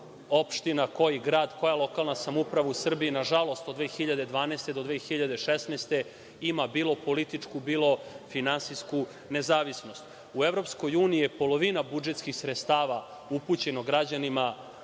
koja to opština, koji grad, koja lokalna samouprava u Srbiji, nažalost, od 2012. do 2016. ima bilo političku, bilo finansijsku nezavisnost.U EU je polovina budžetskih sredstava upućeno građanima